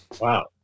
Wow